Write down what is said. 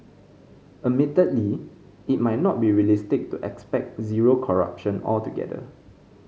admittedly it might not be realistic to expect zero corruption altogether